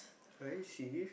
I see